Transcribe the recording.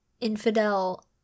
infidel